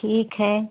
ठीक है